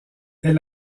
est